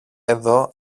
εδώ